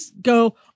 go